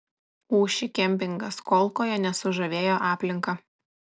ūši kempingas kolkoje nesužavėjo aplinka